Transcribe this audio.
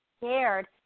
scared